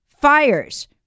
fires